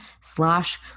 slash